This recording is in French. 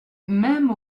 même